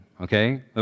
Okay